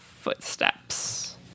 footsteps